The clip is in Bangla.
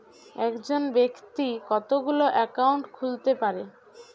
একজন ব্যাক্তি কতগুলো অ্যাকাউন্ট খুলতে পারে?